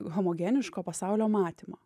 homogeniško pasaulio matymą